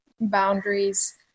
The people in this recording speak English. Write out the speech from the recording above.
boundaries